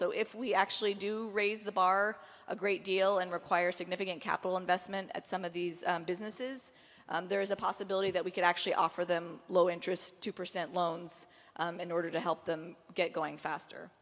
so if we actually do raise the bar a great deal and require significant capital investment at some of these businesses there is a possibility that we could actually offer them low interest two percent loans in order to help them get going faster